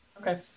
Okay